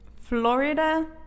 Florida